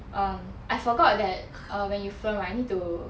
um I forgot that err when you film right need to